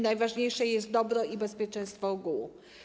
Najważniejsze jest dobro i bezpieczeństwo ogółu.